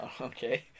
Okay